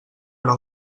però